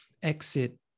exit